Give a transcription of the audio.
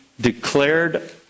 declared